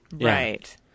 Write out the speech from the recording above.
Right